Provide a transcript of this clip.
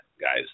guys